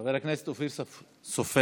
חבר הכנסת אופיר סופר,